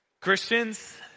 Christians